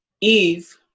Eve